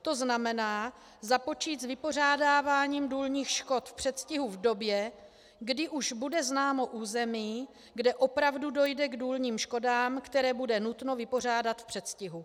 To znamená, započít s vypořádáváním důlních škod v předstihu v době, kdy už bude známo území, kde opravdu dojde k důlním škodám, které bude nutno vypořádat v předstihu.